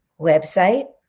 website